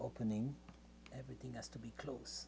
opening everything has to be close